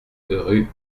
rue